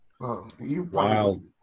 wild